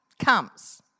comes